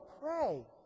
pray